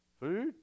food